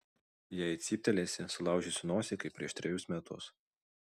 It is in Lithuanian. jei cyptelėsi sulaužysiu nosį kaip prieš trejus metus